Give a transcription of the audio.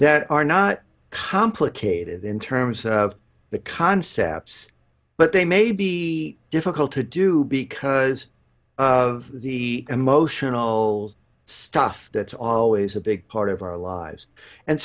that are not complicated in terms of the concepts but they may be difficult to do because of the emotional stuff that's always a big part of our lives and